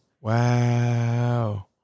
Wow